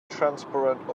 transparent